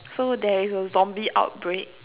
so there is a zombie outbreak